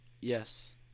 Yes